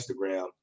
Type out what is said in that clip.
Instagram